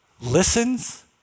listens